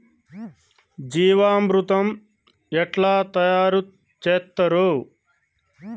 జీవామృతం ఎట్లా తయారు చేత్తరు?